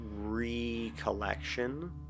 recollection